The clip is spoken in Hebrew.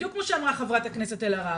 בדיוק כמו שאמרה ח"כ אלהרר,